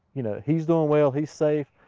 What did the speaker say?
you know, he's doing well. he's safe,